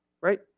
right